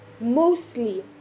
mostly